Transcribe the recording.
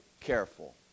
careful